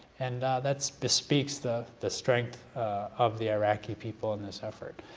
and that speaks speaks the the strength of the iraqi people in this effort.